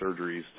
surgeries